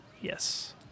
Yes